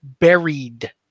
buried